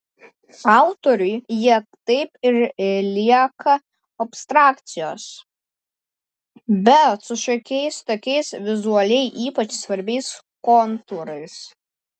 autoriui jie taip ir lieka abstrakcijos bet su šiokiais tokiais vizualiai ypač svarbiais kontūrais